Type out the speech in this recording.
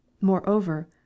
Moreover